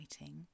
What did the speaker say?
writing